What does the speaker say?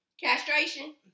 castration